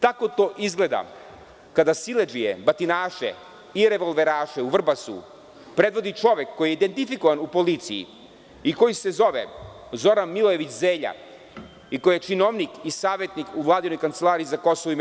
Tako to izgleda kada siledžije, batinaše i revolveraše u Vrbasu predvodi čovek koji je identifikovan u policiji i koji se zove Zoran Milojević Zelja, koji činovnik i savetnik u Vladinoj Kancelariji za KiM.